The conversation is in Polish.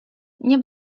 nie